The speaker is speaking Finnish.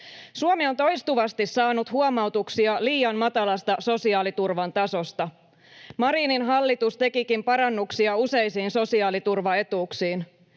Suomi on toistuvasti saanut huomautuksia liian matalasta sosiaaliturvan tasosta. Marinin hallitus tekikin parannuksia useisiin sosiaaliturvaetuuksiin.